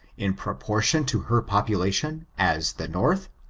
in proportion to her population, as the north?